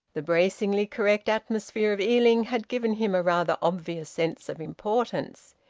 the bracingly correct atmosphere of ealing had given him a rather obvious sense of importance.